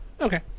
Okay